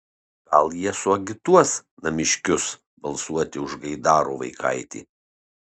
gal jie suagituos namiškius balsuoti už gaidaro vaikaitį